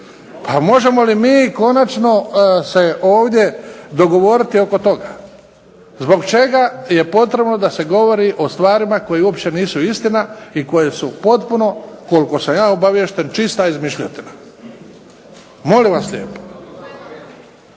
Pa možemo li mi konačno se ovdje dogovoriti oko toga, zbog čega je potrebno da se govori o stvarima koji uopće nisu istina i koje su potpuno, koliko sam ja obaviješten čista izmišljotina? Molim vas lijepo.